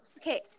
Okay